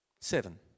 Seven